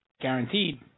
Guaranteed